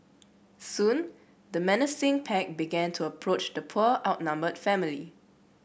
soon the menacing pack began to approach the poor outnumbered family